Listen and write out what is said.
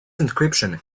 encryption